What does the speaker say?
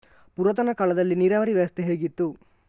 ಪುರಾತನ ಕಾಲದಲ್ಲಿ ನೀರಾವರಿ ವ್ಯವಸ್ಥೆ ಹೇಗಿತ್ತು?